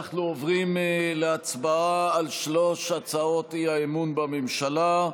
אנחנו עוברים להצבעה על שלוש הצעות האי-אמון בממשלה.